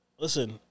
Listen